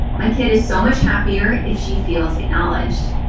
my kid is so much happier if she feels acknowledged.